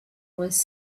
was